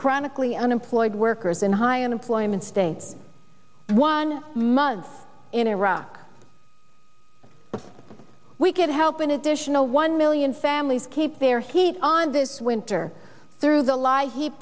chronically unemployed workers in high unemployment states one month in iraq we could help an additional one million families keep their heat on this winter through the lie he